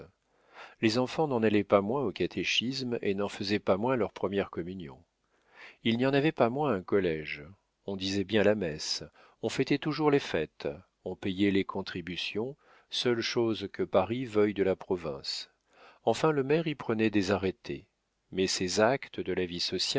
les enfants n'en allaient pas moins au catéchisme et n'en faisaient pas moins leur première communion il n'y en avait pas moins un collége on y disait bien la messe on fêtait toujours les fêtes on payait les contributions seule chose que paris veuille de la province enfin le maire y prenait des arrêtés mais ces actes de la vie